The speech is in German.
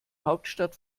hauptstadt